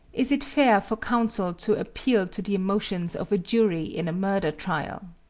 is it fair for counsel to appeal to the emotions of a jury in a murder trial?